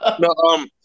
No